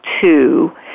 two